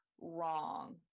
wrong